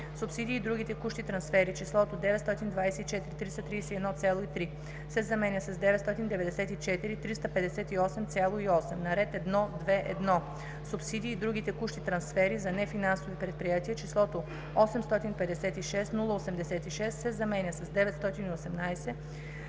Субсидии и други текущи трансфери числото „924 331,3“ се заменя с „994 358,8“; - на ред 1.2.1. Субсидии и други текущи трансфери за нефинансови предприятия числото „856 086,0“ се заменя с „918